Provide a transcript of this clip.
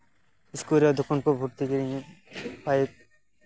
school ᱨᱮ ᱛᱚᱠᱷᱚᱱ ᱠᱚ ᱵᱷᱚᱨᱛᱤ ᱠᱤᱫᱤᱧᱟᱹ ᱯᱷᱟᱭᱤᱵᱷ